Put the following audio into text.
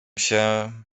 się